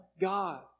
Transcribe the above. God